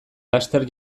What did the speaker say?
laster